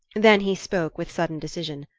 then he spoke with sudden decision.